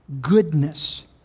Goodness